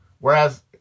Whereas